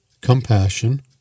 Compassion